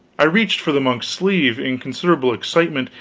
i reached for the monk's sleeve, in considerable excitement,